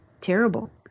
terrible